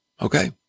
Okay